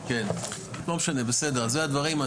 אז זה הדברים,